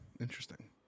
interesting